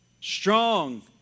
Strong